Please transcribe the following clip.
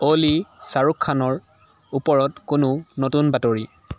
অ'লি শ্বাহৰুখ খানৰ ওপৰত কোনো নতুন বাতৰি